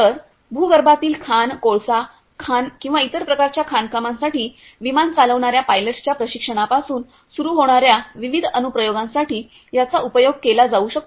तर भूगर्भातील खाण कोळसा खाण किंवा इतर प्रकारच्या खाणकामांसाठी विमान चालवणाऱ्या पायलट्सच्या प्रशिक्षणापासून सुरू होणार्या विविध अनुप्रयोगांसाठी याचा उपयोग केला जाऊ शकतो